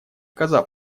коза